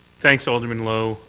thanks, alderman lowe.